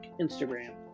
Instagram